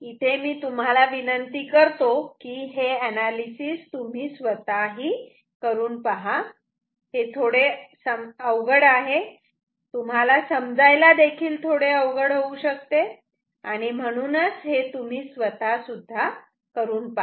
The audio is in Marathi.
मी तुम्हाला विनंती करतो कि हे अनालिसिस तुम्ही स्वतः करा कारण हे थोडे अवघड आहे आणि तुम्हाला समजायला देखील थोडे अवघड होऊ शकते आणि म्हणूनच हे तुम्ही स्वतः करा